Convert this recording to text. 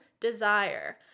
desire